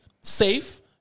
safe